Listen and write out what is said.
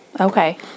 Okay